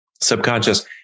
Subconscious